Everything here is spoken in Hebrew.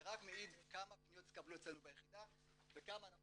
זה רק מעיד כמה פניות התקבלו אצלנו ביחידה וכמה אנחנו